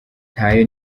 ntayo